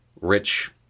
rich